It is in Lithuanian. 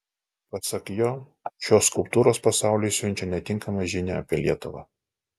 pasak jo šios skulptūros pasauliui siunčia netinkamą žinią apie lietuvą